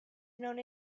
known